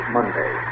Monday